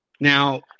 Now